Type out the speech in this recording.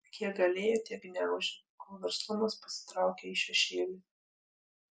kiek galėjo tiek gniaužė kol verslumas pasitraukė į šešėlį